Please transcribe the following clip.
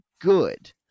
good